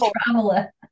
traveler